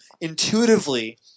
intuitively